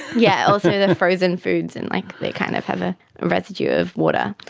yeah also with the frozen foods, and like they kind of have a residue of water.